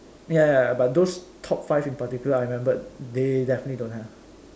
ya ya ya but those top five in particular I remembered they definitely don't have